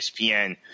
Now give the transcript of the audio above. ESPN